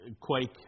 quake